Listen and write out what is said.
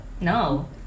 No